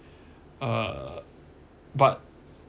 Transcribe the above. uh but